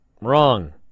Wrong